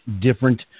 different